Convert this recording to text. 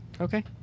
Okay